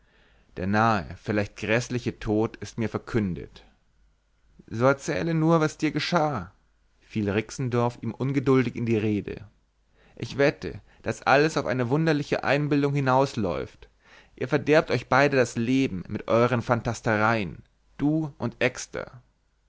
der nahe vielleicht gräßliche tod ist mir verkündet so erzähle nur was dir geschah fiel rixendorf ihm ungeduldig in die rede ich wette daß alles auf eine wunderliche einbildung hinausläuft ihr verderbt euch beide das leben mit euern fantastereien du und exter